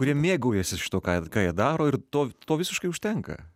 kurie mėgaujasi šituo ką jie ką jie daro ir to to visiškai užtenka